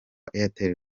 airtel